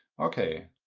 ok.